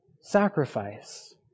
sacrifice